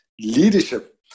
leadership